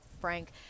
frank